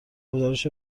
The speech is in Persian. گزارش